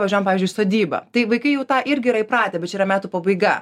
važiuojam pavyzdžiui į sodybą tai vaikai jau tą irgi yra įpratę bet čia yra metų pabaiga